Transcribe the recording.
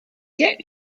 get